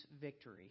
victory